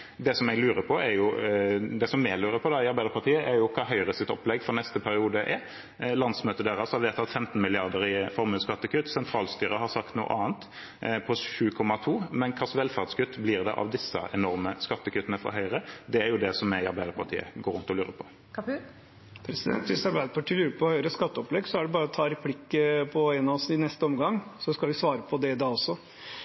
Det vi i Arbeiderpartiet lurer på, er hva Høyres opplegg for neste periode er. Landsmøtet deres har vedtatt 15 mrd. kr i formuesskattekutt, sentralstyret har sagt noe annet, 7,2. Men hva slags velferdskutt blir det av disse enorme skattekuttene fra Høyre? Det er det vi i Arbeiderpartiet går rundt og lurer på. Hvis Arbeiderpartiet lurer på Høyres skatteopplegg, er det bare å ta replikk på en av oss i neste omgang,